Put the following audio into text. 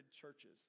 churches